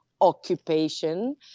occupation